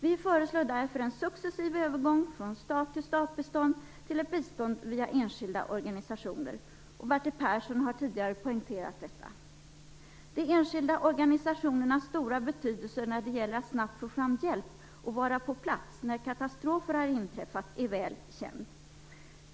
Vi föreslår därför en successiv övergång från stat-till-stat-bistånd till ett bistånd via enskilda organisationer. Bertil Persson har tidigare poängterat detta. De enskilda organisationernas stora betydelse när det gäller att snabbt få fram hjälp och vara på plats när katastrofer har inträffat är väl känd.